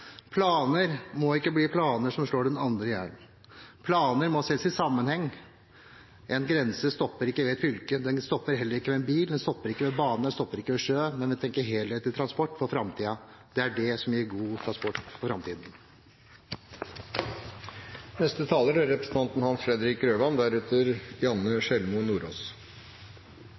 Planer må ikke bli planer som slår hverandre i hjel. Planer må ses i sammenheng. En grense stopper ikke ved et fylke, den stopper heller ikke ved en bil, den stopper ikke ved bane, den stopper ikke ved sjø. Vi må tenke helhetlig om transport for framtiden. Det er det som gir god transport for framtiden.